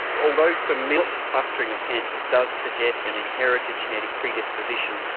although familial clustering of cancers does suggest an inherited genetic predisposition,